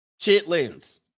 chitlins